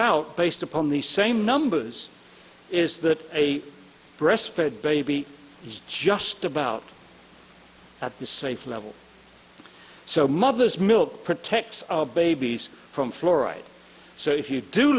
out based upon these same numbers is that a breastfed baby is just about at the safe level so mother's milk protects our babies from fluoride so if you do